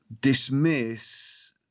dismiss